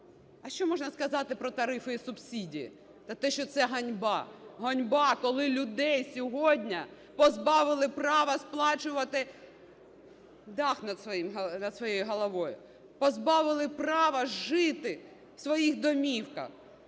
А що можна сказати про тарифи і субсидії? Та те, що це ганьба. Ганьба, коли людей сьогодні позбавили права сплачувати дах над своєю головою, позбавили права жити в своїх домівках